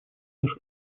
наше